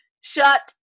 shut